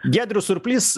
giedrius surplys